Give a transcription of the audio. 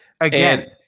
Again